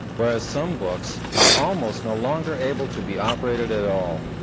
whereas some books are almost no longer able to be operated at all.